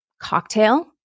cocktail